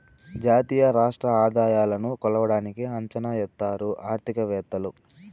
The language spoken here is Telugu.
జాతీయ రాష్ట్ర ఆదాయాలను కొలవడానికి అంచనా ఎత్తారు ఆర్థికవేత్తలు